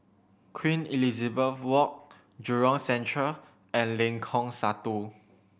Queen Elizabeth Walk Jurong Central and Lengkong Satu